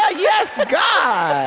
ah yes, but god